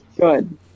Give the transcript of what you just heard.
Good